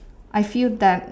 I feel that